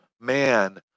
man